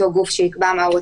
כפוף וכן הלאה.